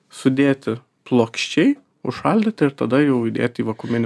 sudėti plokščiai užšaldyti ir tada jau įdėti į vakuuminį